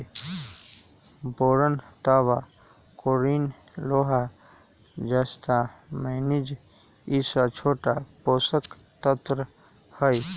boron तांबा chlorine लोहा जस्ता मैग्निज ई स छोट पोषक तत्त्व हई